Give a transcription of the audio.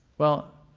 well,